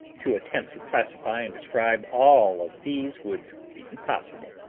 to attempt to classify and describe all of these would be impossible,